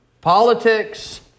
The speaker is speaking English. Politics